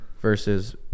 versus